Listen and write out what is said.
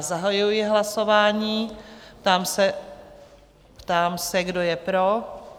Zahajuji hlasování a ptám se, kdo je pro?